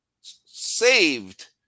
saved